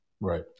Right